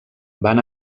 van